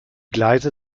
gleise